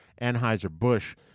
Anheuser-Busch